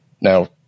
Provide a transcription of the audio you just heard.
Now